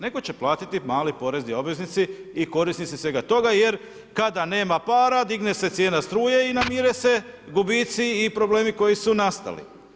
Netko će platiti, mali porezni obveznici i korisnici svega toga jer kada nema para, digne se cijena struje i namire se gubici i problemi koji su nastali.